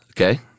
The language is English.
Okay